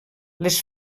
les